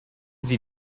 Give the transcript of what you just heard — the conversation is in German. sie